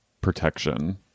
protection